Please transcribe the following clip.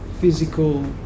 physical